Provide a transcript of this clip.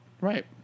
right